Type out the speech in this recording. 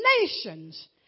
nations